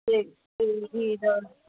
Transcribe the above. చేసి